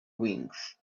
wings